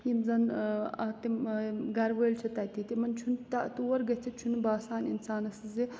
یِم زَن تِم گَرٕ وٲلۍ چھِ تَتہِ تِمَن چھُنہٕ تور گٔژھِتھ چھُنہٕ باسان اِنسانَس زِ